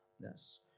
Yes